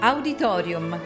Auditorium